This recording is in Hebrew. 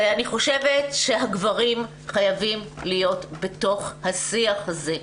אני חושבת שהגברים חייבים להיות בתוך השיח הזה,